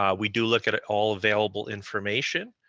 um we do look at it all available information,